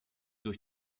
durch